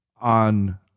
on